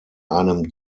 einem